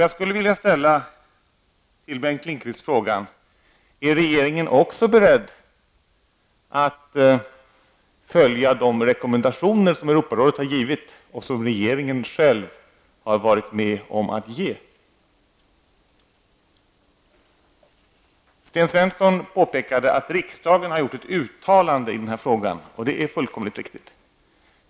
Jag skulle vilja fråga Bengt Lindqvist: Är regeringen också beredd att följa de rekommendationer som Europarådet har givit och som regeringen själv har varit med om att ge? Sten Svensson påpekade att riksdagen har gjort ett uttalande i den här frågan, och det är fullkomligt riktigt.